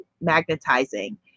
magnetizing